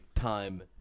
Time